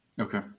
okay